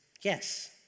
yes